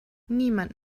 niemand